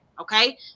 Okay